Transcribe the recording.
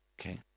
Okay